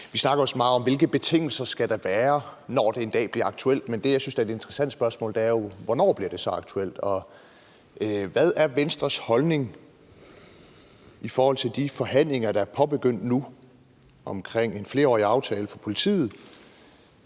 Vi snakker jo så meget om, hvilke betingelser der skal være, når det en dag bliver aktuelt, men det, jeg synes er et interessant spørgsmål, er jo: Hvornår bliver det så aktuelt? Og hvad er Venstres holdning i forhold til de forhandlinger, der er påbegyndt nu, om en flerårig aftale for politiet,